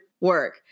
work